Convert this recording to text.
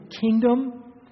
kingdom